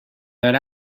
that